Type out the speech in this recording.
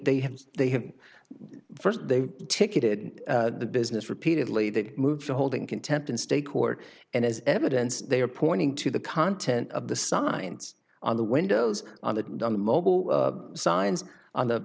they have they have first they ticketed the business repeatedly they moved the holding contempt in state court and as evidence they are pointing to the content of the signs on the windows on the mobile signs on the